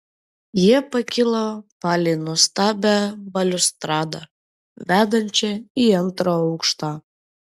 jie pakilo palei nuostabią baliustradą vedančią į antrą aukštą